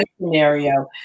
scenario